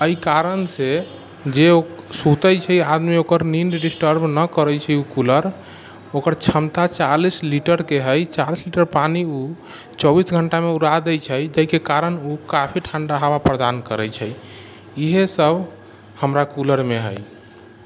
एहि कारणसँ जे सुतै छै आदमी ओकर नीन्द डिस्टर्ब नहि करै छै ओ कूलर ओकर क्षमता चालिस लीटरके हइ चारि लीटर पानी ओ चौबीस घण्टामे उड़ा दै छै जाहिके कारण ओ काफी ठण्डा हवा प्रदान करै छै इएह सब हमरा कूलरमे हइ